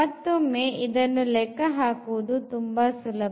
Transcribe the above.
ಮತ್ತೊಮ್ಮೆ ಇದನ್ನು ಲೆಕ್ಕಹಾಕುವುದು ತುಂಬಾ ಸುಲಭ